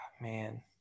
Man